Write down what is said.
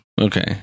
Okay